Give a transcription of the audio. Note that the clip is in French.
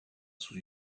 sous